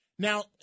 Now